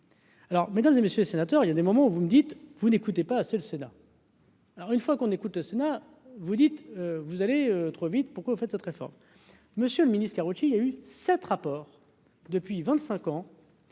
Alors, mais dans messieurs les sénateurs, il y a des moments où vous me dites vous n'écoutez pas assez le Sénat. Alors une fois qu'on écoute au Sénat, vous dites, vous allez trop vite pourquoi au fait cette réforme monsieur le Ministre, Karoutchi a eu 7 rapports depuis 25 ans,